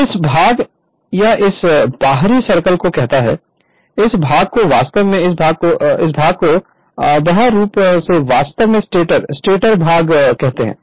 तो यह भाग इस या इस बाहरी सर्कल को कहता है इस भाग को वास्तव में इस भाग को इस भाग को बाह्य रूप से यह वास्तव में स्टेटर स्टेटर भाग है